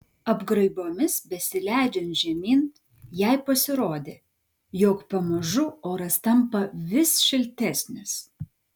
apgraibomis besileidžiant žemyn jai pasirodė jog pamažu oras tampa vis šiltesnis